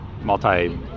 multi